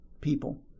people